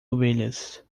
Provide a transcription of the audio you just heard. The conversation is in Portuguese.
ovelhas